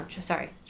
sorry